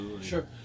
sure